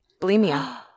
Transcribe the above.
Bulimia